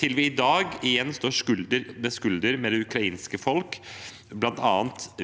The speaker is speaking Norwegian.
til vi i dag igjen står skulder ved skulder med det ukrainske folk, bl.a.